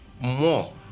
more